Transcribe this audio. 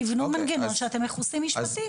תבנו מנגנון שאתם מכוסים משפטית.